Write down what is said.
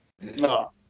No